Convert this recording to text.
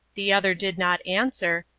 the other did not answer,